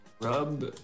Rub